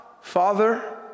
Father